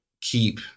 keep